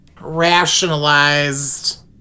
rationalized